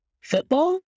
Football